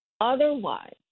Otherwise